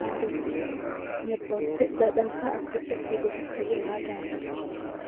hakkila be amana bo masin.